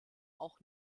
auch